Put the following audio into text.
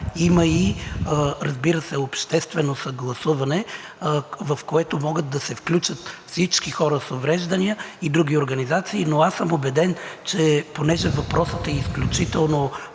има и разбира се, обществено съгласуване, в което могат да се включат всички хора с увреждания и други организации, но аз съм убеден, че понеже въпросът е изключително